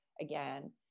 again